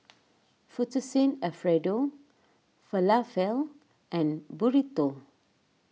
Fettuccine Alfredo Falafel and Burrito